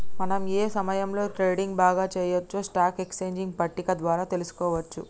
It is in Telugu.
మనం ఏ సమయంలో ట్రేడింగ్ బాగా చెయ్యొచ్చో స్టాక్ ఎక్స్చేంజ్ పట్టిక ద్వారా తెలుసుకోవచ్చు